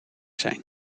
zijn